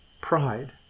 Pride